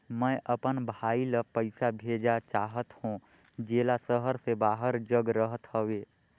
मैं अपन भाई ल पइसा भेजा चाहत हों, जेला शहर से बाहर जग रहत हवे